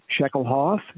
Shekelhoff